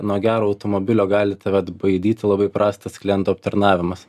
nuo gero automobilio gali tave atbaidyti labai prastas klientų aptarnavimas